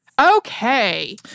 Okay